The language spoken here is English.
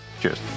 Cheers